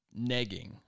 negging